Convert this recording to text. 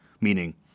meaning